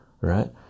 right